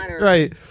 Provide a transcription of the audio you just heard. right